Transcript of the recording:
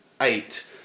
eight